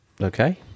Okay